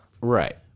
Right